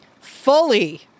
Fully